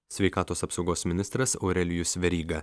sveikatos apsaugos ministras aurelijus veryga